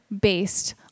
based